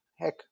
heck